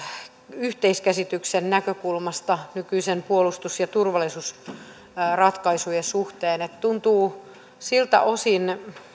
yhteiskäsityksen näkökulmasta nykyisten puolustus ja turvallisuusratkaisujen suhteen tuntuu siltä osin turvallisuusnäkökulmasta